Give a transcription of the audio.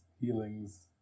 healings